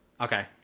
Okay